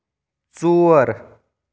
ژور